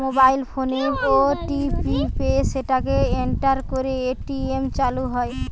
mobile ফোনে OTP পেয়ে সেটাকে এন্টার করে এ.টি.এম চালু হয়